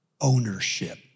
ownership